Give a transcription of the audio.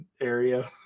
area